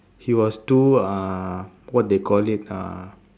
he was too uh what they call it uh